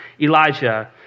Elijah